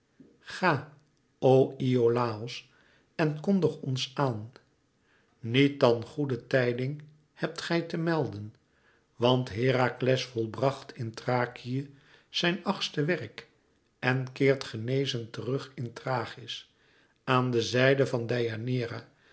ga o iolàos en kondig ons aan niet dan goede tijding hebt gij te melden want herakles volbracht in thrakië zijn achtste werk en keert genezen terug in thrachis aan de zijde van deianeira